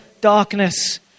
darkness